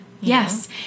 Yes